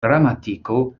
gramatiko